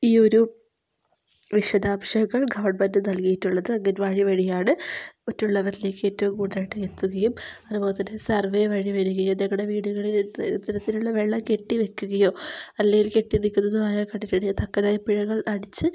ഈയൊരു വിശദാംശംങ്ങൾ ഗവൺമെൻ്റ് നല്കിയിട്ടുള്ളത് അംഗൻവാടി വഴിയാണ് മറ്റുള്ളവരിലേക്ക് ഏറ്റവും കൂടുതലായിട്ട് എത്തുകയും അതുപോലെത്തന്നെ സർവ്വേ വഴി വരികയും ഞങ്ങളുടെ വീടുകളിൽനിന്ന് ഇത്തരത്തിലുള്ള വെള്ളം കെട്ടി വയ്ക്കുകയോ അല്ലെങ്കിൽ കെട്ടി നിൽക്കുന്നതോ ആയി കണ്ടിട്ടുണ്ടെങ്കിൽ തക്കതായ പിഴകൾ അടിച്ച്